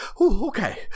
okay